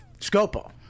Scopo